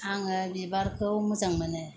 आङो बिबारखौ मोजां मोनो